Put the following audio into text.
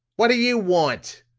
what do you want?